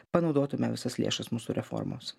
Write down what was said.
panaudotume visas lėšas mūsų reformoms